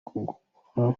kuguma